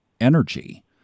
energy